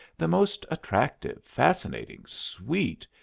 the most attractive, fascinating, sweet,